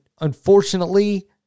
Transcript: unfortunately